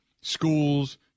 schools